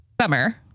Summer